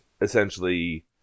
essentially